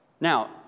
Now